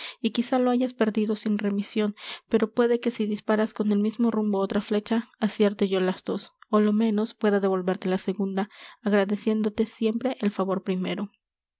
y quizá lo hayas perdido sin remision pero puede que si disparas con el mismo rumbo otra flecha acierte yo las dos ó lo menos pueda devolverte la segunda agradeciéndote siempre el favor primero